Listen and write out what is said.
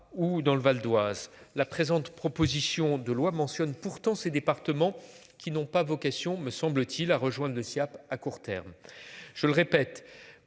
ou dans le Val d'Oise la présente, proposition de loi mentionne pourtant ces départements qui n'ont pas vocation, me semble-t-il à rejoindre le Siaap à court terme.